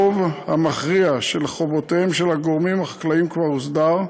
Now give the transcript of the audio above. הרוב המכריע של חובותיהם של הגורמים החקלאיים כבר הוסדר,